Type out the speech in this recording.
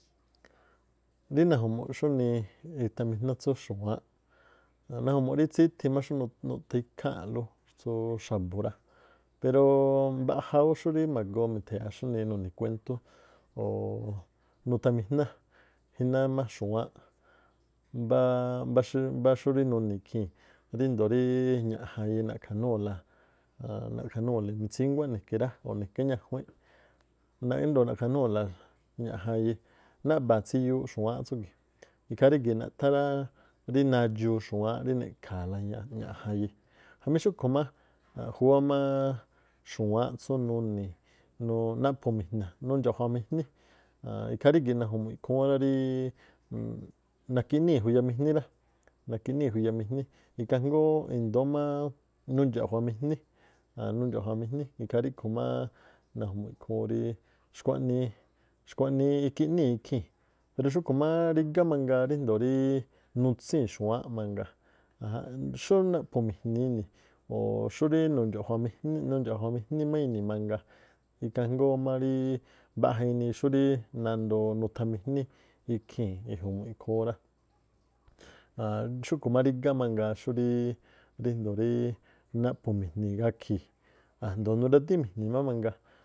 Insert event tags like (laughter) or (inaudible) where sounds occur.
Rí naju̱mu̱ꞌ xúnii ithaminá tsú xu̱wáánꞌ. Naju̱mu̱ꞌ rí tsíthi má xú nuꞌthá ikháa̱nꞌlú xú xa̱bu̱ rá, perooo mbaꞌja ú xúrí magoo mitha̱ya̱a xunii nuni̱ kuéntú o̱ nuthamijná má jíná xu̱wáánꞌ, mbáá mbá xúrí nuni̱ ikhii̱n ríndoo̱ rí ñaꞌjanye na̱ꞌkha̱núu̱la (hesitation) na̱ꞌkha̱núu̱le mitsínguá ne̱ke̱ rá o̱ ne̱kéá ñajiunꞌ, naꞌ índoo̱ na̱ꞌkha̱núu̱la ñaꞌjanye, naꞌba̱a̱n tsiyuu xu̱wáánꞌ tsúgi̱ꞌ. Ikhaa rígi̱ naꞌthá rá rí nadxuu xu̱wáánꞌ rí ne̱ꞌkha̱a̱la ñaꞌ- ñaꞌjanye-. Jamí xúꞌkhu̱ má júwá máá xu̱wáánꞌ tsú naꞌphu̱mi̱jna̱, nundxa̱ꞌjuamijní (hesitation) ikhaa rígi̱ na̱ju̱mu̱ꞌ ikhúún rá ríí (hesitation) nakiꞌníi̱ juyamijní, ikhaa jngóó i̱ndóó máá nundxa̱ꞌjuamijní nundxa̱ꞌjuamijní ikhaa ríꞌkhu máá na̱ju̱mu̱ꞌ ikhúún ríí xkhuaꞌnii ikiꞌnii̱ ikhii̱n. pero xúꞌkhu̱ máá rígá mangaa ríjndo̱o ríí nutsii̱n xu̱wáánꞌ mangaa ajanꞌ xú naꞌphu̱mi̱jni̱ ini o̱ xú rí nundxa̱ꞌjuamijní, nundxa̱ꞌjuamijní má inii mangaa. Ikhaa jngóó má rií mba̱ꞌja inii xúríí nandoo nuthamijní ikhii̱n iju̱mu̱̱ ikhúún rá. Xúꞌkhu̱ má rígá mangaa xúrí ríjndoo̱ naꞌphu̱mi̱jni̱ gakhi̱i̱ a̱jndo̱o nuradími̱jni̱ má mangaa.